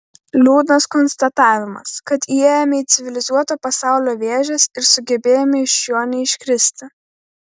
liūdnas konstatavimas kad įėjome į civilizuoto pasaulio vėžes ir sugebėjome iš jo neiškristi